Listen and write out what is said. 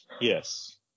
Yes